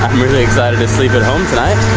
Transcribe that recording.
really excited to sleep at home tonight.